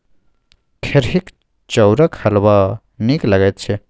खेरहीक चाउरक हलवा नीक लगैत छै